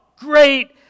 Great